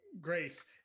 Grace